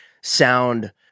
sound